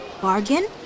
bargain